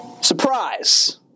Surprise